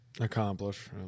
accomplish